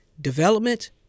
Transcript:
Development